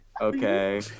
Okay